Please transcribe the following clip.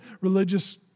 religious